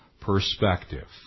perspective